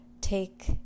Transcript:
take